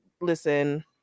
listen